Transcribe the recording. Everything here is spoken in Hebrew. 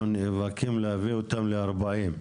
אנחנו נאבקים להביא אותם לארבעים.